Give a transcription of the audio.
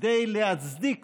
כדי להצדיק